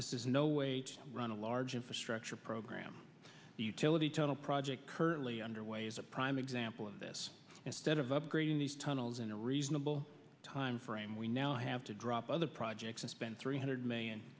is no way to run a large infrastructure program the utility tunnel project currently underway is a prime example of this instead of upgrading these tunnels in a reasonable timeframe we now have to drop other projects and spend three hundred million